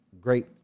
great